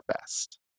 best